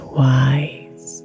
wise